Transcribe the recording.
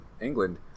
England